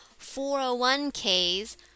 401ks